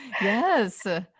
yes